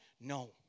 No